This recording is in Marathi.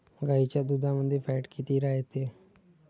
गाईच्या दुधामंदी फॅट किती रायते?